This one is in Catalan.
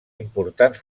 importants